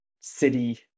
city